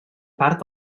part